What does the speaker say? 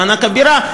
של מענק הבירה,